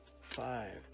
five